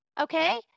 okay